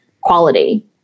quality